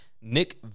Nick